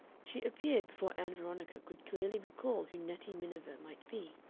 she appeared before ann veronica could clearly recall who nettie miniver might be.